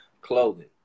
Clothing